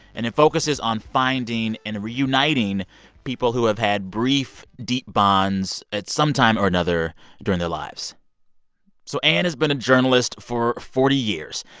and it focuses on finding and reuniting people who have had brief, deep bonds at some time or another during their lives so ann has been a journalist for forty years.